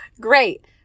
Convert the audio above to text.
Great